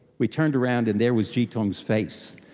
we turned around and there was jitong's face,